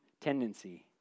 tendency